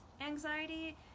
anxiety